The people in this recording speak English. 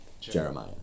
Jeremiah